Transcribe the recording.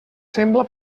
sembla